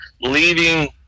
leaving